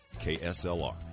KSLR